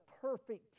perfect